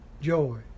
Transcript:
Joy